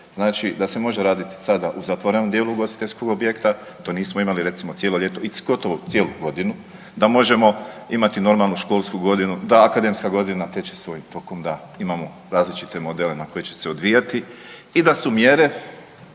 Znači da se može raditi sada u zatvorenom dijelu ugostiteljskog objekta to nismo imali recimo cijelo ljeto i gotovo cijelu godinu, da možemo imati normalnu školsku godinu, da akademska godina teče svojim tokom, da imamo različite modele na koje će se odvijati. I da su mjere